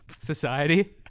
society